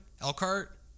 Elkhart